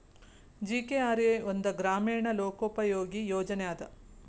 GKRA ಒಂದ ಗ್ರಾಮೇಣ ಲೋಕೋಪಯೋಗಿ ಯೋಜನೆ ಅದ